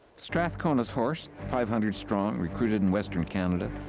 strathcona's horse, five hundred strong, recruited in western canada,